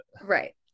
right